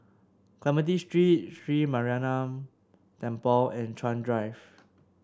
Clementi Street Sri Mariamman Temple and Chuan Drive